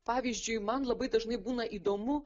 pavyzdžiui man labai dažnai būna įdomu